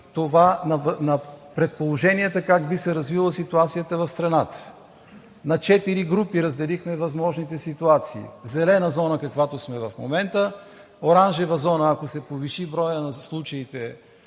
си на предположенията как би се развила ситуацията в страната. На четири групи разделихме възможните ситуации – зелена зона, каквато сме в момента; оранжева зона, ако се повиши броят на случаите